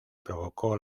provocó